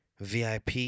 VIP